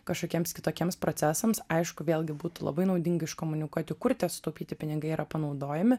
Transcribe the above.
kažkokiems kitokiems procesams aišku vėlgi būtų labai naudinga iškomunikuoti kur tie sutaupyti pinigai yra panaudojami